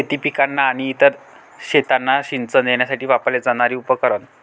शेती पिकांना आणि इतर शेतांना सिंचन देण्यासाठी वापरले जाणारे उपकरण